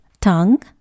tongue